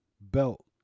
belt